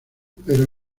pero